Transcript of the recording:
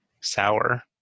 sour